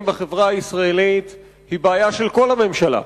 בחברה הישראלית היא בעיה של כל הממשלה,